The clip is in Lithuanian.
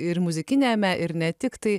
ir muzikiniame ir ne tik tai